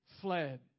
fled